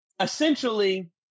essentially